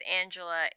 Angela